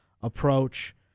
approach